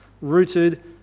rooted